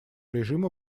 режима